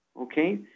Okay